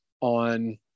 on